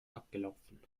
abgelaufen